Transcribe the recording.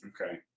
Okay